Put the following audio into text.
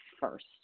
first